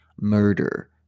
murder